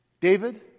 David